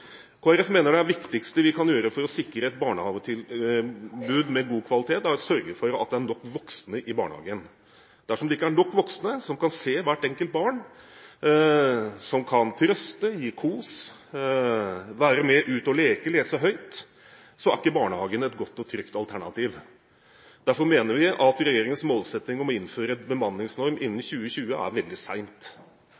mener at det viktigste vi kan gjøre for å sikre et barnehagetilbud med god kvalitet, er å sørge for at det er nok voksne i barnehagen. Dersom det ikke er nok voksne som kan se hvert enkelt barn – som kan trøste, gi kos, være med ut og leke, lese høyt – er ikke barnehagen et godt og trygt alternativ. Derfor mener vi at regjeringens målsetting om å innføre en bemanningsnorm innen